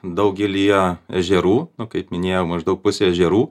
daugelyje ežerų kaip minėjau maždaug pusė ežerų